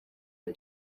are